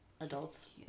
adults